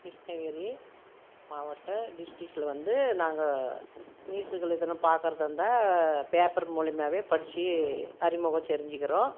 கிருஷ்ணகிரி மாவட்ட டிஸ்டிக்கில் வந்து நாங்கள் நியூஸ்களை எதனா பாக்கிறதா இருந்தால் பேப்பர் மூலியமாகவே படித்து அறிமுகம் தெரிஞ்சுக்கிறோம்